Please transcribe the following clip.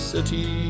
City